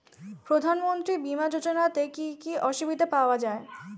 প্রধানমন্ত্রী বিমা যোজনাতে কি কি সুবিধা পাওয়া যায়?